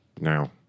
Now